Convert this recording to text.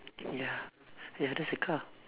ya ya there's a car